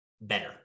better